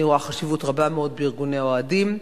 אני רואה חשיבות רבה בארגוני אוהדים.